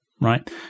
right